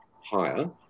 higher